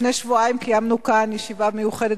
לפני שבועיים קיימנו כאן ישיבה מיוחדת